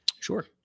Sure